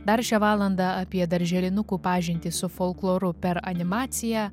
dar šią valandą apie darželinukų pažintį su folkloru per animaciją